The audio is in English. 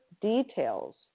details